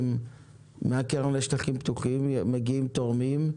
מן הקרן לשטחים פתוחים מגיעים תורמים,